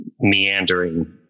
meandering